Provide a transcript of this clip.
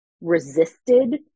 resisted